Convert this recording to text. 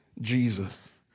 Jesus